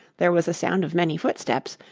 there was a sound of many footsteps,